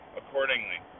accordingly